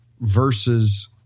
versus